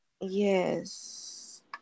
Yes